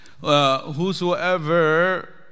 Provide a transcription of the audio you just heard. whosoever